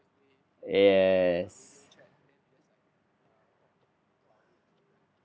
yes